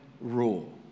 rule